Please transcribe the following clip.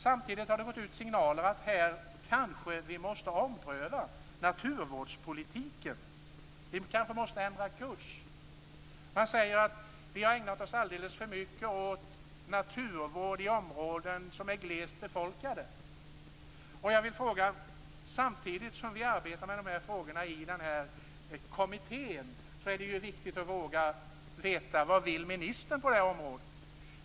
Samtidigt har det gått ut signaler om att vi kanske måste ompröva naturvårdspolitiken. Vi kanske måste ändra kurs. Man säger att vi har ägnat oss alldeles för mycket åt naturvård i glest befolkade områden. Samtidigt som vi arbetar med dessa frågor i kommittén är det viktigt att få veta vad ministern vill på detta område.